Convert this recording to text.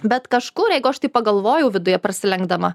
bet kažkur jeigu aš taip pagalvojau viduje prasilenkdama